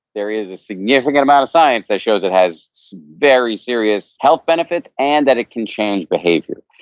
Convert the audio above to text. there is a significant amount of science that shows it has very serious health benefit, and that it can change behavior.